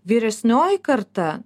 vyresnioji karta